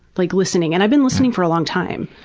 like listening and i've been listening for a long time.